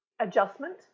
adjustment